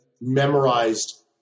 memorized